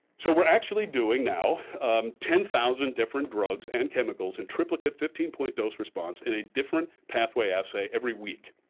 so we're actually doing now ten thousand different drugs and chemicals in triplicate fifteen point dose response in a different pathway assay every week.